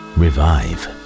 revive